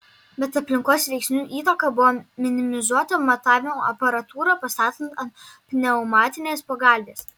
bet aplinkos veiksnių įtaka buvo minimizuota matavimo aparatūrą pastatant ant pneumatinės pagalvės